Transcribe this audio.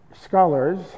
scholars